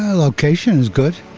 location is good.